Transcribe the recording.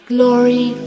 Glory